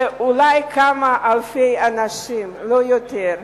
זה אולי כמה אלפי אנשים, לא יותר.